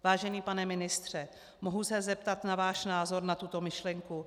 Vážený pane ministře, mohu se zeptat na váš názor na tuto myšlenku?